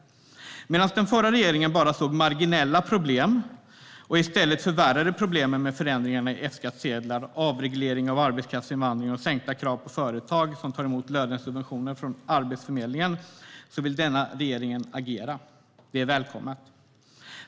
Medan den förra regeringen bara såg marginella problem och i stället förvärrade problemen genom förändringarna av F-skattsedlarna, avregleringen av arbetskraftsinvandringen och sänkta krav på företag som tar emot lönesubventioner från Arbetsförmedlingen vill denna regering agera i rätt riktning. Det är välkommet.